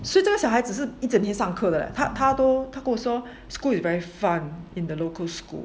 所以这个小孩是一整天上课的他他都跟我说 school is very fun in the local school